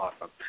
awesome